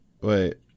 wait